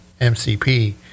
mcp